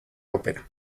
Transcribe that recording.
opera